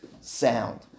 sound